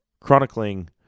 Chronicling